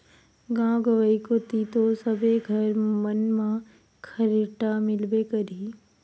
गाँव गंवई कोती तो सबे घर मन म खरेटा मिलबे करही